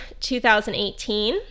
2018